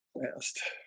last